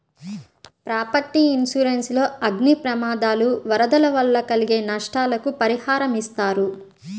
property insurance లో అగ్ని ప్రమాదాలు, వరదలు వల్ల కలిగే నష్టాలకు పరిహారమిస్తారు